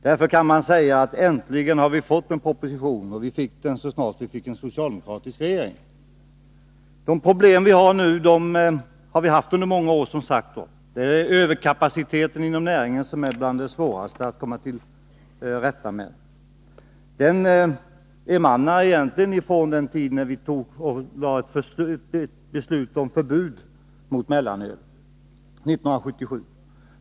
Därför kan man säga: Äntligen har vi fått en proposition, och det skedde så snart vi fick en socialdemokratisk regering. Det problem som nu råder har vi alltså haft under många år, nämligen överkapaciteten inom näringen, som är bland det svåraste att komma till rätta med. Den emanerar från den tid när vi beslöt om förbud mot mellanöl — 1977.